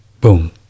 Boom